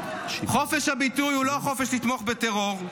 --- חופש הביטוי הוא לא החופש לתמוך בטרור.